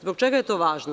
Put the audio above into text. Zbog čega je to važno?